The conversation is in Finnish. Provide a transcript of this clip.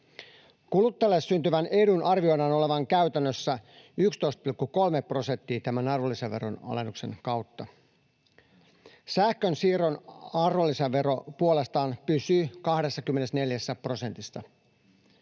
Kuluttajalle syntyvän edun arvioidaan olevan käytännössä 11,3 prosenttia tämän arvonlisäveron alennuksen kautta. Sähkönsiirron arvonlisävero puolestaan pysyy 24 prosentissa.